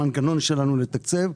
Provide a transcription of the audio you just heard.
המנגנון שלנו לתקצב.